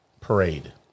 parade